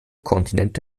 kontinent